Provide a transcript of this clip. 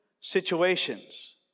situations